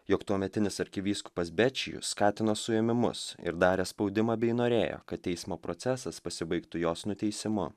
jog tuometinis arkivyskupas bečiju skatino suėmimus ir darė spaudimą bei norėjo kad teismo procesas pasibaigtų jos nuteisimu